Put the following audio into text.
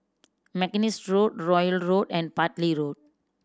Mackenzie Road Royal Road and Bartley Road